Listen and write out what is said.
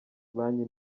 banki